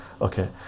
okay